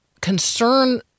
concern